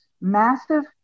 Massive